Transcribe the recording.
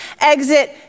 exit